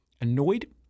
annoyed